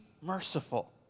merciful